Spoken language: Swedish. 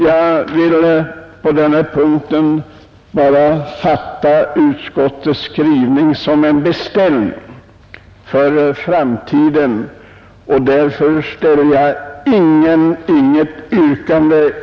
Jag fattar utskottets skrivning på denna punkt som en beställning för framtiden och ställer därför inget yrkande.